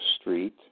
Street